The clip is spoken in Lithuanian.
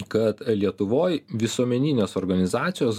kad lietuvoj visuomeninės organizacijos